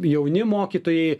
jauni mokytojai